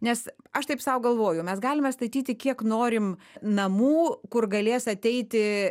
nes aš taip sau galvoju mes galime statyti kiek norim namų kur galės ateiti